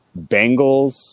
Bengals